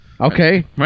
Okay